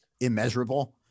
immeasurable